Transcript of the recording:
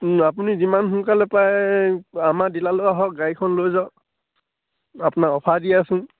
আপুনি যিমান সোনকালে পাৰে আমাৰ ডিলাৰলৈ আহক গাড়ীখন লৈ যাওক আপোনাক অফাৰ দি আছোঁ